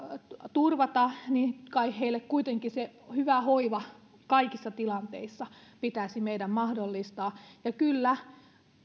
turvata niin kai heille kuitenkin se hyvä hoiva kaikissa tilanteissa pitäisi meidän mahdollistaa ja kyllä